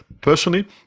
personally